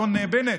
אדון בנט.